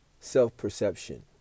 self-perception